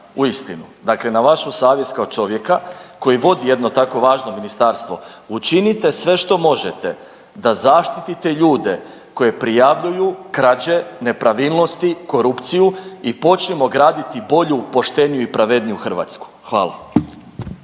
uistinu, dakle na vašu savjest kao čovjeka koji vodi jedno tako važno ministarstvo, učinite sve što možete da zaštitite ljudi koji prijavljuju krađe, nepravilnosti, korupciju i počnimo graditi bolju, pošteniju i pravedniju Hrvatsku. Hvala.